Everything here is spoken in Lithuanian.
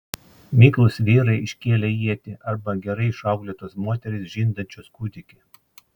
miklūs vyrai iškėlę ietį arba gerai išauklėtos moterys žindančios kūdikį